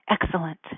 Excellent